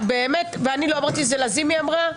באמת ואני לא אמרתי את זה אלא נעמה לזימי אמרה.